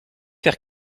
faire